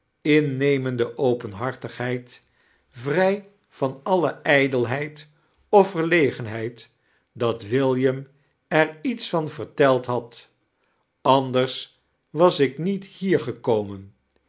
openhartigheid vrij van alle ijdelheid of verlegeinheid dat william er iets van verteld had anders was ik met hier gekiomen